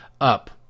up